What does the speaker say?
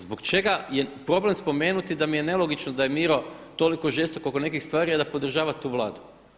Zbog čega je problem spomenuti da mi je nelogično da je Miro toliko žestoko oko nekih stvari, a da podržava tu Vladu.